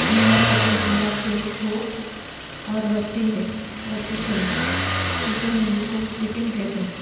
میرا پسندیدہ کھیل کھو اور رسی ہے رسی کھیلنا جسے ہم انگلش میں اسکپنگ کہتے ہیں